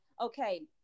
okay